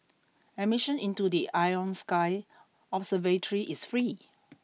admission into the Ion Sky observatory is free